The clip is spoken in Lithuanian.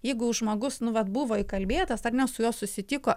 jeigu žmogus nu vat buvo įkalbėtas ar ne su juo susitiko